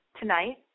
tonight